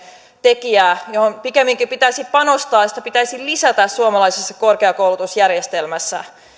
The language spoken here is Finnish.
tekijä johon pikemminkin pitäisi panostaa ja jota pitäisi lisätä suomalaisessa korkeakoulutusjärjestelmässä